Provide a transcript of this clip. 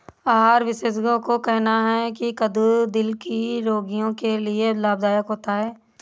आहार विशेषज्ञों का कहना है की कद्दू दिल के रोगियों के लिए लाभदायक होता है